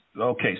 okay